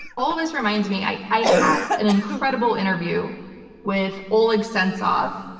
all this reminds me, i i had an incredible interview with oleg sentsov,